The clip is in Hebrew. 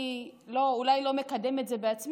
אני אולי לא מקדם את זה בעצמי,